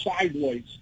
sideways